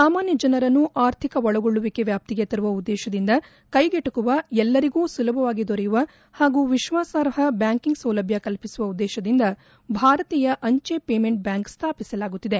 ಸಾಮಾನ್ಯ ಜನರನ್ನು ಆರ್ಥಿಕ ಒಳಗೊಳ್ಳುವಿಕೆ ವ್ಯಾಪ್ತಿಗೆ ತರುವ ಉದ್ದೇತದಿಂದ ಕೈಗೆಟಕುವ ಎಲ್ಲರಿಗೂ ಸುಲಭವಾಗಿ ದೊರೆಯುವ ಹಾಗೂ ವಿಶ್ವಾಸಾರ್ಹ ಬ್ಯಾಂಕಿಂಗ್ ಸೌಲಭ್ಯ ಕಲ್ಪಿಸುವ ಉದ್ದೇಶದಿಂದ ಭಾರತೀಯ ಅಂಚೆ ಪೇಮೆಂಟ್ ಬ್ಯಾಂಕ್ ಸ್ಥಾಪಿಸಲಾಗುತ್ತಿದೆ